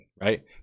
right